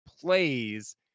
plays